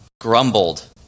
grumbled